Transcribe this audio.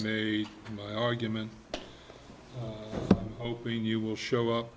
be my argument hoping you will show up